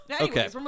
okay